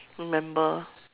remember